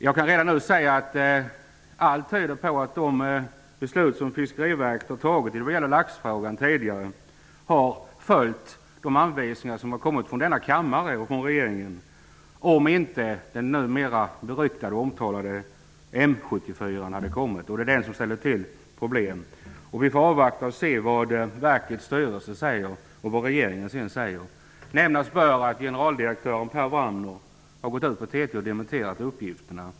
Jag kan redan nu säga att allt tyder på att de beslut som Fiskeriverket tidigare har fattat när det gäller laxfrågan har följt de anvisningar som har kommit från denna kammare och från regeringen. Men nu har den numera beryktade och omtalade sjukdomen M 74 kommit. Det är den som ställer till problem. Vi får avvakta och se vad verkets styrelse säger och vad regeringen sedan säger. Nämnas bör att generaldirektören Per Wramner har gått till TT och dementerat uppgifterna.